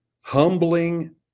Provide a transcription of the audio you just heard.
humbling